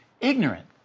ignorant